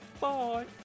Bye